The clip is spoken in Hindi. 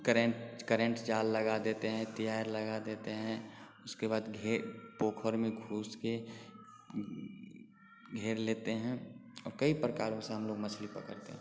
करेंट करेंट जाल लगा देते हैं त्यार लगा देते हैं उसके बाद घे पोखर में घुस कर घेर लेते हैं और कई प्रकारों से हम लोग मछली पकड़ते हैं